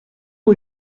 que